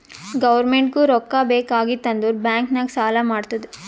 ಗೌರ್ಮೆಂಟ್ಗೂ ರೊಕ್ಕಾ ಬೇಕ್ ಆಗಿತ್ತ್ ಅಂದುರ್ ಬ್ಯಾಂಕ್ ನಾಗ್ ಸಾಲಾ ಮಾಡ್ತುದ್